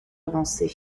avancé